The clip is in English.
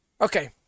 Okay